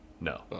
No